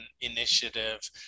initiative